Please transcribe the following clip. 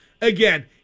Again